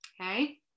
Okay